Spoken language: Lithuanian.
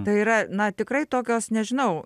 tai yra na tikrai tokios nežinau